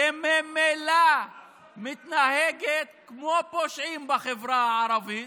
שממילא מתנהגים כמו פושעים בחברה הערבית,